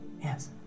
Yes